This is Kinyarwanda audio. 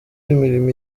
imirimo